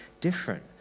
different